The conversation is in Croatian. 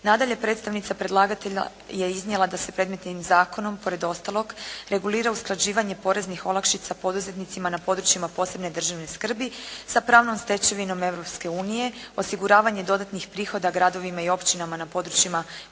Nadalje, predstavnica predlagatelja je iznijela da se predmetnim zakonom pored ostalog regulira usklađivanje poreznih olakšica poduzetnicima na područjima posebne državne skrbi sa pravnom stečevinom Europske unije, osiguravanje dodatnih prihoda gradovima i općinama na područjima